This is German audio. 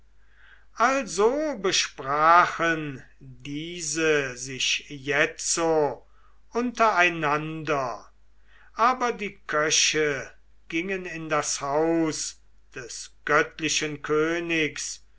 also besprachen diese sich jetzo untereinander aber die köche gingen ins haus des göttlichen königs